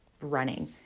running